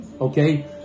okay